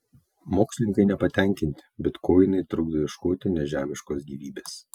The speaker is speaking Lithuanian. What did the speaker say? mokslininkai nepatenkinti bitkoinai trukdo ieškoti nežemiškos gyvybės